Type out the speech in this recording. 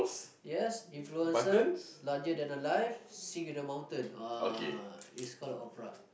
yes influencer larger than the life sing with the mountain !wah! is call a opera